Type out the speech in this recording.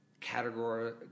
category